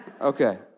Okay